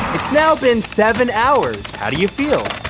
it's now been seven hours, how do you feel?